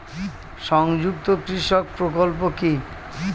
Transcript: সংযুক্ত কৃষক প্রকল্প কি?